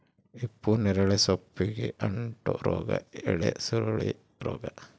ಹಿಪ್ಪುನೇರಳೆ ಸೊಪ್ಪಿಗೆ ಅಂಟೋ ರೋಗ ಎಲೆಸುರುಳಿ ರೋಗ